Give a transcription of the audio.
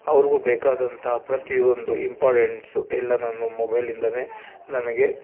ಅವ್ರಿಗೂ ಬೇಕಾದಂತಹ ಪ್ರತಿಯೊಂದು ಇಂಪಾಡೆಂಟ್ಸು ಎಲ್ಲ ನಾನು ಮೊಬೈಲಿಂದಲೇ ನನಗೆ